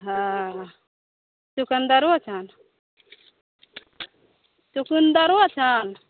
हँ चुकन्दरो छनि चुकुन्दरो छनि